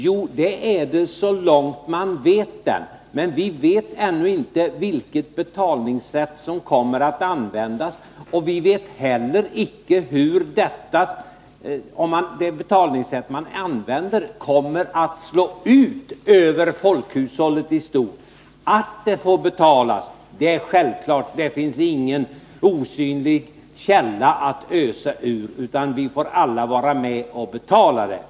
Jo, det är det så långt man vet den. Vi vet ännu inte vilket betalningssätt som kommer att användas, och vi vet heller inte hur det betalningssätt man använder kommer att slå ut för folkhushållet i stort. Att reformen får betalas är självklart. Det finns ingen osynlig källa att ösa ur, utan vi får alla vara med och betala.